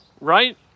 right